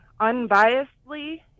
unbiasedly